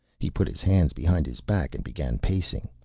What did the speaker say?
he put his hands behind his back and began pacing.